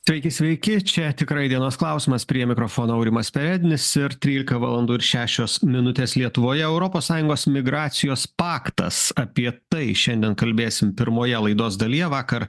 sveiki sveiki čia tikrai dienos klausimas prie mikrofono aurimas perednis ir trylika valandų ir šešios minutės lietuvoje europos sąjungos migracijos paktas apie tai šiandien kalbėsim pirmoje laidos dalyje vakar